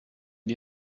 die